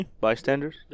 Bystanders